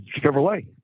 Chevrolet